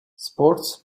sports